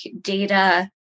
data